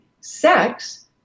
sex